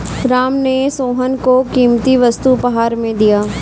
राम ने सोहन को कीमती वस्तु उपहार में दिया